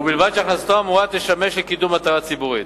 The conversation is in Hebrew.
ובלבד שהכנסתו האמורה תשמש לקידום מטרה ציבורית.